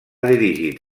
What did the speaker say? dirigit